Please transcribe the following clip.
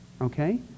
okay